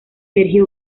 sergio